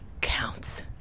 Counts